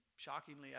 Shockingly